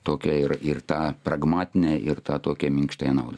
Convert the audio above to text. tokią ir ir tą pragmatinę ir tą tokią minkštąją naudą